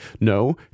No